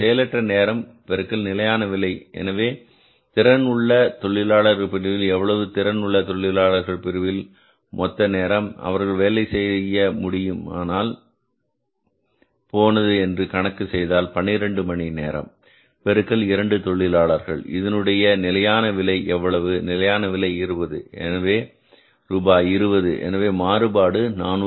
செயலற்ற நேரம் பெருக்கல் நிலையான விலை எனவே திறன் உள்ள தொழிலாளர்கள் பிரிவில் எவ்வளவு திறன் உள்ள தொழிலாளர் பிரிவில் மொத்த நேரம் அவர்கள் வேலை செய்ய முடியாமல் போனது என்று கணக்கு செய்தால் 12 மணி நேரம் பெருக்கல் 2 தொழிலாளர்கள் இதனுடைய நிலையான விலை எவ்வளவு நிலையான விலை 20 ரூபாய் ரூபாய் 20 எனவே மாறுபாடு என்பது 480